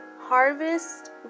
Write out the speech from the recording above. harvest